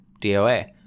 DOA